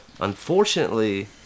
Unfortunately